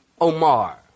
Omar